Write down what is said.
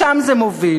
לשם זה מוביל.